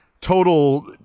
total